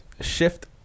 shift